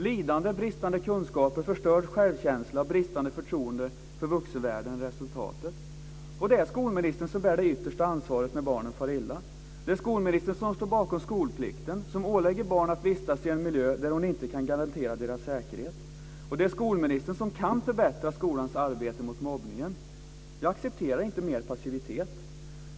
Lidande, bristande kunskaper, förstörd självkänsla och bristande förtroende för vuxenvärlden är resultatet. Det är skolministern som bär det yttersta ansvaret när barnen far illa. Det är skolministern som står bakom skolplikten, som ålägger barn att vistas i en miljö där hon inte kan garantera deras säkerhet. Det är skolministern som kan förbättra skolans arbete mot mobbning. Jag accepterar inte mer passivitet.